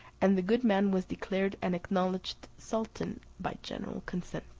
and the good man was declared and acknowledged sultan by general consent.